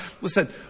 Listen